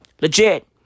Legit